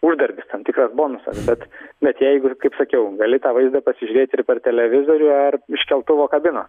uždarbis tam tikras bonusas bet bet jeigu ir kaip sakiau gali tą vaizdą pasižiūrėt ir per televizorių ar iš keltuvo kabinos